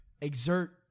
exert